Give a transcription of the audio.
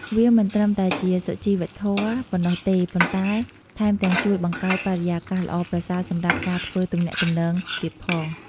វាមិនត្រឹមតែជាសុជីវធម៌ប៉ុណ្ណោះទេ ប៉ុន្តែថែមទាំងជួយបង្កើតបរិយាកាសល្អប្រសើរសម្រាប់ការធ្វើទំនាក់ទំនងទៀតផង។